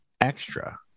extra